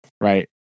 right